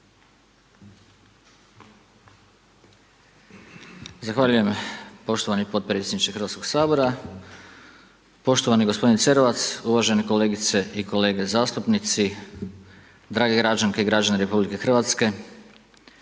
Zahvaljujem poštovani potpredsjedniče Hrvatskog sabora. Poštovani gospodine Cerovac, uvažene kolegice i kolege zastupnici, drage građanke i građani RH. Na početku